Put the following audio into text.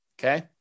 okay